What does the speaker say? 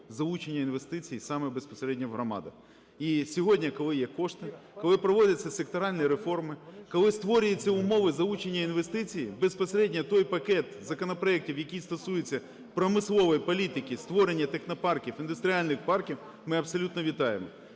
залучення інвестицій саме безпосередньо в громади. І сьогодні, коли є кошти, коли проводяться секторальні реформи, коли створюються умови залучення інвестицій, безпосередньо той пакет законопроектів, який стосується промислової політики: створення технопарків, індустріальних парків, - ми абсолютно вітаємо.